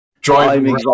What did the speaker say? driving